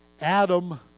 Adam